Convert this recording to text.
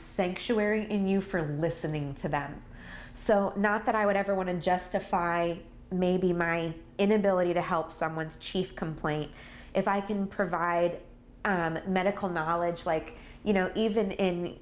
sanctuary in you for listening to them so not that i would ever want to justify maybe my inability to help someone's chief complaint if i can provide medical knowledge like you know even